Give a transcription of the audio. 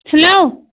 hello